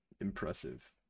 impressive